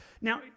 Now